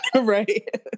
right